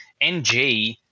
NG